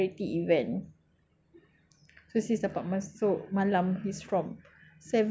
so sis dapat masuk malam it's from seven to eleven only